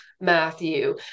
Matthew